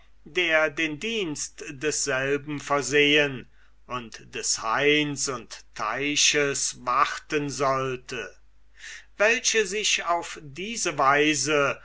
der den dienst desselben versehen und des hains und teiches warten sollte welche sich auf diese weise